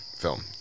film